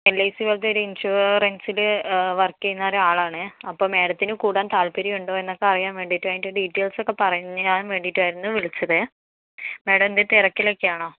L I C പോലത്തെ ഒരു ഇന്ഷൂറന്സില് വര്ക്ക് ചെയ്യുന്ന ഒരു ആളാണേ അപ്പം മാഡത്തിനു കൂടാന് താല്പര്യം ഉണ്ടോ എന്നൊക്കെ അറിയാന് വേണ്ടിട്ടും അയിന്റെ ഡീറ്റയില്സൊക്കെ പറഞ്ഞ് തരാന് വേണ്ടീട്ടും ആയിരുന്നു വിളിച്ചതേ മാഡം എന്തേലും തിരക്കിലൊക്കെ ആണോ